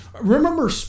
remember